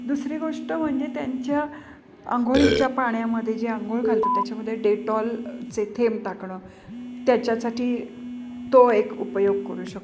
दुसरी गोष्ट म्हणजे त्यांच्या अंघोळीच्या पाण्यामध्ये जे अंघोळ घालतात त्याच्यामध्ये डेटॉलचे थेंब टाकणं त्याच्यासाठी तो एक उपयोग करू शकतो